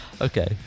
Okay